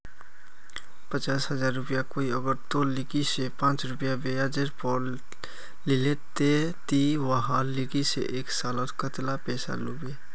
पचास हजार रुपया कोई अगर तोर लिकी से पाँच रुपया ब्याजेर पोर लीले ते ती वहार लिकी से एक सालोत कतेला पैसा लुबो?